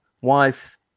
wife